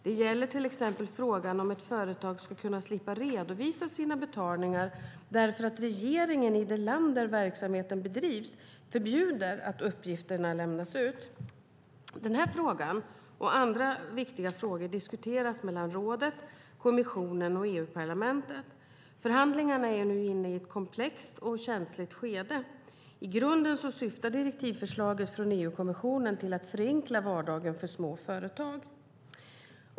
Det gäller till exempel frågan om ett företag ska kunna slippa redovisa sina betalningar därför att regeringen i det land där verksamheten bedrivs förbjuder att uppgifterna lämnas ut. Den här frågan och andra viktiga frågor diskuteras mellan rådet, kommissionen och EU-parlamentet. Förhandlingarna är nu inne i ett komplext och känsligt skede. I grunden syftar direktivförslaget från EU-kommissionen till att förenkla vardagen för små företag.